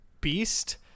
beast